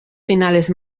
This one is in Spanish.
finales